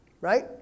right